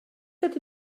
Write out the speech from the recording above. ydy